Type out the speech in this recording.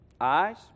Eyes